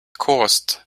caused